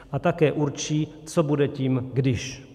A také určí, co bude tím když.